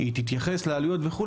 היא תתייחס לעלויות וכו'.